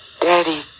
Daddy